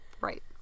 right